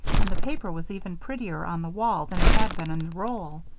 and the paper was even prettier on the wall than it had been in the roll.